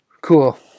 Cool